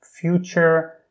future